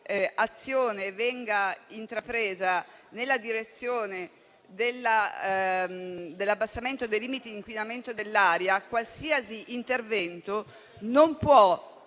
azione venga intrapresa nella direzione dell'abbassamento dei limiti di inquinamento dell'aria non può